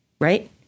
right